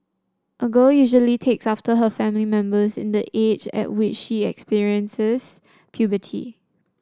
a girl usually takes after her family members in the age at which she experiences puberty